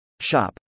Shop